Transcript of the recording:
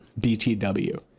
BTW